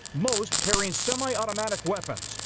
most carrying semiautomatic weapons.